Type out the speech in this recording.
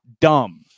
dumb